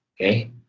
Okay